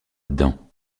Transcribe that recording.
dedans